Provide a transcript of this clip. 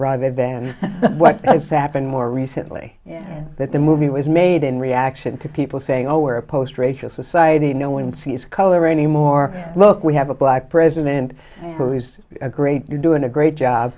rather than what has happened more recently that the movie was made in reaction to people saying oh we're a post racial society no one sees color anymore look we have a black president who has a great doing a great job